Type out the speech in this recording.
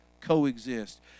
coexist